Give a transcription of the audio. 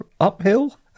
uphill